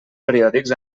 periòdics